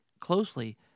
closely